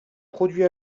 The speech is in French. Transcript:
poursuit